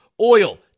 oil